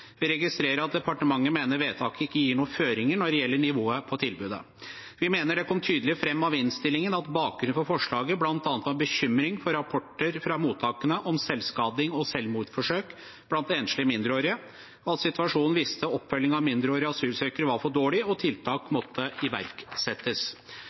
Vi registrerer at departementet mener vedtaket ikke gir noen føringer når det gjelder nivået på tilbudet. Vi mener det kom tydelig fram av innstillingen at bakgrunnen for forslaget bl.a. var bekymring for rapporter fra mottakene om selvskading og selvmordsforsøk blant enslige mindreårige, og at situasjonen viste at oppfølgingen av mindreårige asylsøkere var for dårlig, og at tiltak